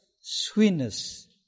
sweetness